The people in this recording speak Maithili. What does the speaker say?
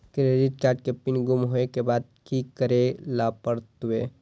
क्रेडिट कार्ड के पिन गुम होय के बाद की करै ल परतै?